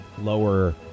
lower